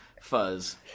fuzz